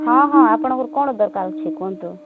ହଁ ହଁ ଆପଣଙ୍କର କଣ ଦରକାର ଅଛି କୁହନ୍ତୁ